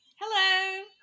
Hello